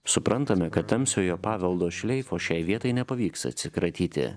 suprantame kad tamsiojo paveldo šleifo šiai vietai nepavyks atsikratyti